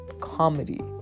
comedy